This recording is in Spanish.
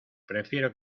prefiero